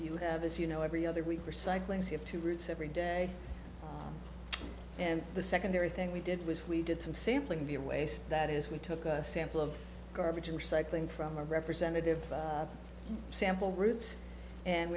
you have as you know every other week for cycling's you have two routes every day and the secondary thing we did was we did some sampling be a waste that is we took a sample of garbage and recycling from a representative sample roots and